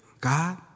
God